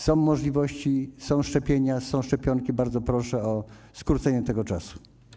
Są możliwości szczepień, są szczepionki, więc bardzo proszę o skrócenie tego czasu.